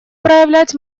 проявлять